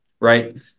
right